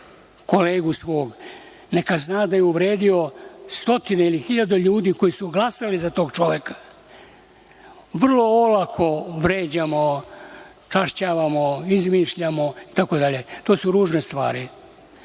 kolegu svog, neka zna da je uvredio stotine ili hiljadu ljudi koji su glasali za tog čoveka. Vrlo olako vređamo, čašćavamo, izmišljamo itd. To su ružne stvari.